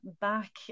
back